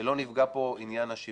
שלא נפגע פה עניין השוויון.